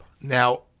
Now